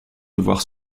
devoir